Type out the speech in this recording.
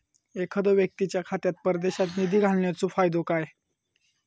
एखादो व्यक्तीच्या खात्यात परदेशात निधी घालन्याचो फायदो काय?